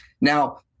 Now